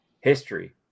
history